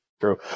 true